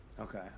Okay